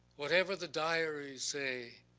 whatever the diary's say,